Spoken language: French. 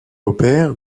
opère